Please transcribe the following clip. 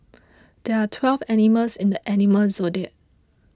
there are twelve animals in the animal zodiac